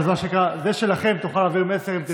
זה שלכם, תוכל להעביר מסר, אם תרצה.